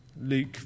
Luke